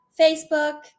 facebook